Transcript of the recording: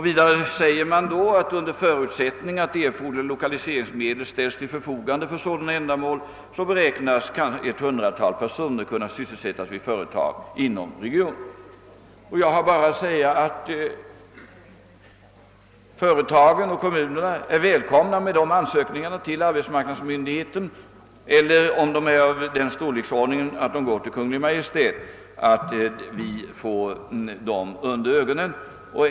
Vidare sägs det: »Under förutsättning att erforderliga lokaliseringsmedel ställes till förfogande för sådana ända mål beräknas ca 100 personer kunna sysselsättas vid företag inom ljusdalsregionen.» Jag har bara att säga att företagen och kommunerna är välkomna med sina ansökningar till arbetsmarknadsmyndigheten eller att — om dessa är av sådan storlek att de går till Kungl. Maj:t — lägga dem under våra ögon.